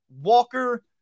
Walker –